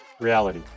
reality